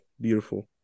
Beautiful